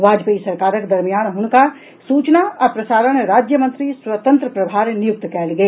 वाजपेयी सरकारक दरमियान हुनका सूचना आ प्रसारण राज्य मंत्री स्वतंत्र प्रभार नियुक्त कयल गेल